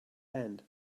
end